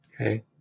Okay